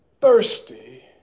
thirsty